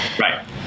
Right